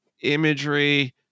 imagery